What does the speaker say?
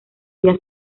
día